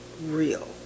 real